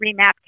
remap